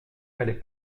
fallait